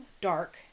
dark